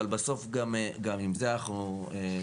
אבל בסוף גם עם זה אנחנו נתמודד.